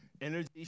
energy